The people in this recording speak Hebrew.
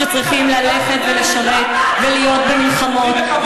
שצריכים ללכת ולשרת ולהיות במלחמות,